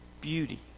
beauty